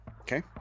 Okay